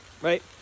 right